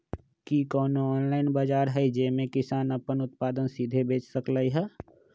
कि कोनो ऑनलाइन बाजार हइ जे में किसान अपन उत्पादन सीधे बेच सकलई ह?